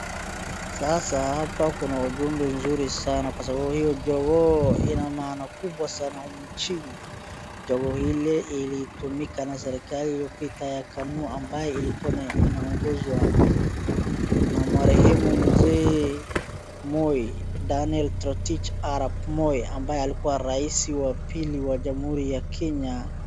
Sasa hapa kuna ujumbe mzuri sana, kwa sababu hii jogoo ina maana kubwa sana humu nchini, jogoo ile ilitumika na serikali iliyopita ya KANU, ambaye ilikua inaongozwa na Marehemu Mzee Moi, Daniel Toroitich Arap Moi ambaye alikua rais wa pili wa jamhuri ya Kenya.